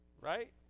right